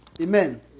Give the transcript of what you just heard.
Amen